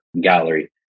Gallery